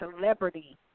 celebrity